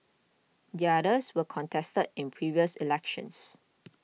the others were contested in previous elections